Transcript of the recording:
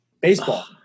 Baseball